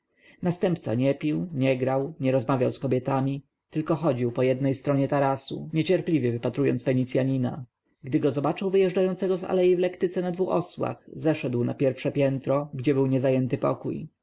następca nie pił nie grał nie rozmawiał z kobietami tylko chodził po jednej stronie tarasu niecierpliwie wypatrując fenicjanina gdy go zobaczył wyjeżdżającego z alei w lektyce na dwu osłach zeszedł na pierwsze piętro gdzie był niezajęty pokój